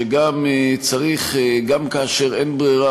שגם כאשר אין ברירה,